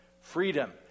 Freedom